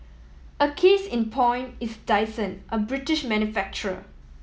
a case in point is Dyson a British manufacturer